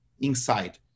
inside